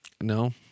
No